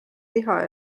liha